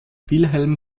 wilhelm